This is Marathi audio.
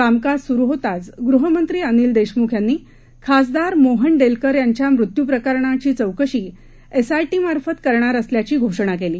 कामकाज सुरु होताच गृहमंत्री अनिल देशमुख यांनी खासदार मोहन डेलकर यांच्या मृत्यू प्रकरणाची चौकशी एसआयटीमार्फत करणार असल्याची घोषणा केली